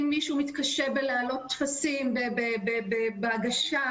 הם מסייעים להעלות ולהגיש טפסים אם מישהו מתקשה,